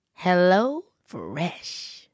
HelloFresh